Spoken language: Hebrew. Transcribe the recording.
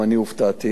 גם אני הופתעתי,